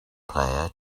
player